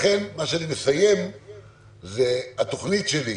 לכן אני מסיים ואומר שהתוכנית שלי,